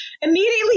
immediately